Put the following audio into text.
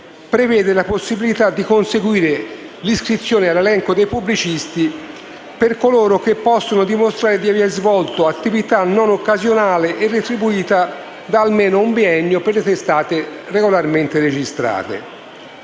prevede la possibilità di conseguire l'iscrizione all'elenco dei pubblicisti per coloro che possono dimostrare di avere svolto un'attività non occasionale e retribuita da almeno un biennio per testate regolarmente registrate.